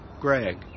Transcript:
Greg